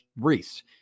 Reese